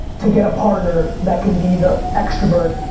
to get a partner that can be the extrovert.